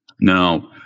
Now